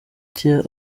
cye